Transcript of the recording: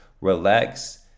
relax